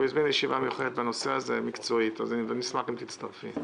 הוא הזמין ישביה מקצועית מיוחדת בנושא הזה ואני אשמח אם תצטרפי.